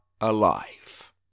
alive